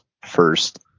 first